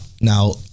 Now